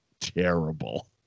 terrible